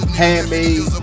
handmade